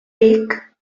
ric